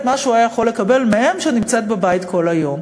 מה שהוא היה יכול לקבל מאם שנמצאת בבית כל היום?